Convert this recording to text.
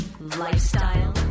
lifestyle